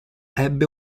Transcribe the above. ebbe